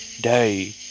day